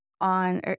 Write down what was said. on